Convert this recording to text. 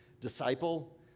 disciple